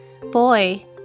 Boy